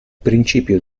principio